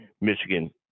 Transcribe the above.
Michigan